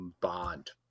bond